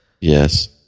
Yes